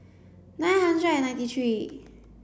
nine hundred and ninety three